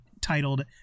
titled